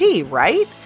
right